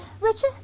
Richard